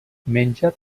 menja